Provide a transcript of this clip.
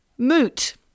Moot